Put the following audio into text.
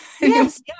Yes